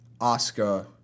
Oscar